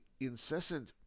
incessant